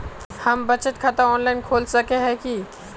हम बचत खाता ऑनलाइन खोल सके है की?